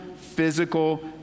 physical